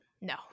No